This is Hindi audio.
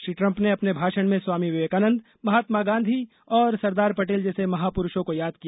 श्री ट्रम्प ने अपने भाषण में स्वामी विवेकानंद महात्मा गांधी और सरदार पटेल जैसे महापुरुषों को याद किया